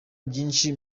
byinshi